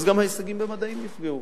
ביניים אז גם ההישגים במדעים נפגעו